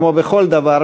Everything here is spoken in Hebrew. כמו בכל דבר,